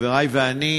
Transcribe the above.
חברי ואני,